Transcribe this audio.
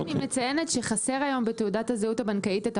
רק אני מציינת שחסרות היום עמלות המט"ח בתעודת הזהות הבנקאית.